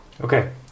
Okay